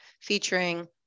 featuring